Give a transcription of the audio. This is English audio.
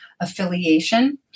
affiliation